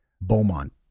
Beaumont